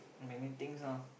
many things lah